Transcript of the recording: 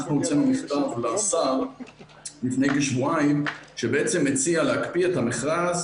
אנחנו הוצאנו מכתב לשר לפני כשבועיים שבעצם מציע להקפיא את המכרז,